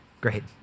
great